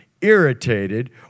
irritated